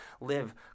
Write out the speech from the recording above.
live